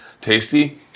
tasty